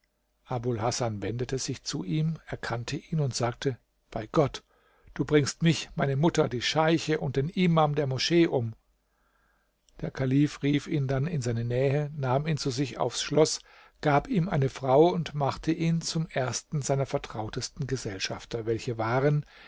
hasan wendete sich zu ihm erkannte ihn und sagte bei gott du bringst mich meine mutter die scheiche und den imam der moschee um der kalif rief ihn dann in seine nähe nahm ihn zu sich aufs schloß gab ihm eine frau und machte ihn zum ersten seiner vertrautesten gesellschafter welche waren